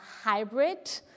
hybrid